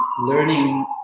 learning